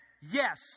Yes